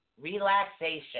relaxation